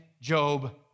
Job